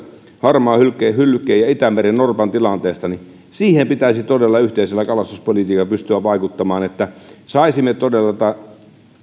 harmaahylkeen ja itämerennorpan tilanteesta niin siihen pitäisi todella yhteisellä kalastuspolitiikalla pystyä vaikuttamaan että saisimme todella